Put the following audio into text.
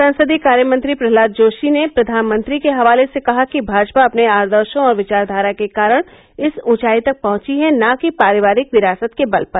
संसदीय कार्य मंत्री प्रह्लाद जोशी ने प्रधानमंत्री के हवाले से कहा कि भाजपा अपने आदर्शो और विचारधारा के कारण इस ऊंचाई तक पहुंची है न कि पारिवारिक विरासत के बल पर